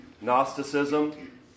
Gnosticism